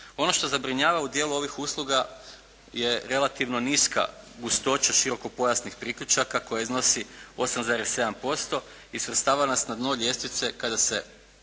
Ono što zabrinjava u dijelu ovih usluga je relativno niska gustoća široko pojasnih priključaka koja iznosi 8,7% i svrstava nas na dno ljestvice kada se